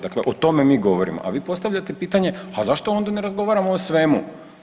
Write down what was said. Dakle, o tome mi govorimo a vi postavljate pitanje a zašto onda ne razgovaramo o svemu?